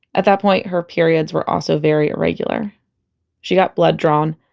at that point, her periods were also very irregular she got blood drawn.